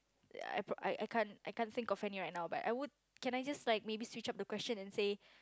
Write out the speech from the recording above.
I I I can't I can't think of any right now but I would can I just like maybe switch up the question and say